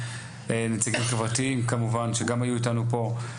נציגים חברתיים כמובן שגם היו איתנו פה.